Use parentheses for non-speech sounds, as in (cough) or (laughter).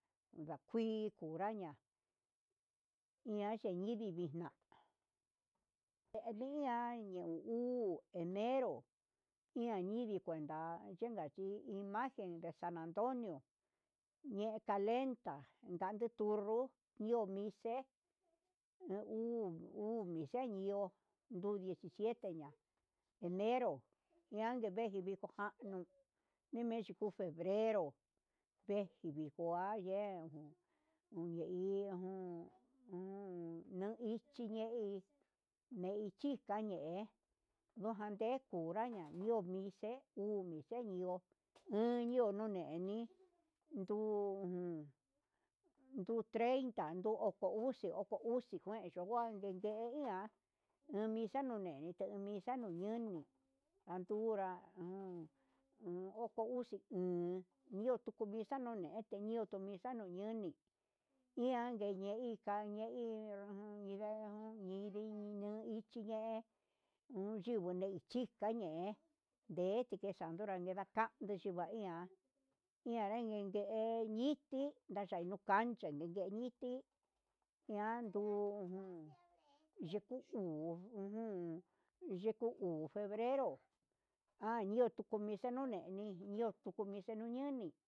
Nakui kunraña iha chivixni viña'a cheiña ñeu uu enero kuenda chenka che kuii, imagen nde san antonio ñe'e calenda kandi tunru iho mise he uu hu nixenio ndu dieci siete de enero ndake veje viko kanii nimeyi kuu febrero, vejeni kue kuaye'e nune hi nguu un nu ichi ye'e ndui ne ichi kañe'e, dojan teku kunraha iche nde nio vixhe ihu vixhe ndio, nuyuu nuneni nguu iho nduu trein nduu oko uxi ngue ko nguaje niindia keninia nuu ni xanu yendu misa niuni, atuga uun uun oko uxi uun iho tu misa nune jenio zanahoria nia hi iha enejika ne'e hi chaun neun indinu xhei he chenu ne iho nikañe, nde nikanyunra neda kain ndexhiva iha ñanrangue ngue ngue niki na kaicha nanu ne iti iha ndujun iku kuu nuu yeku (noise) xheku hu xheku hu de febrero ayuu tuku nichuneni, iho tu nechu ñununi.